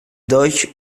dodge